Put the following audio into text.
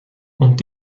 und